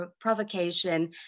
provocation